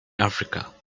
africa